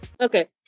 Okay